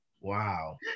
Wow